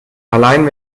allein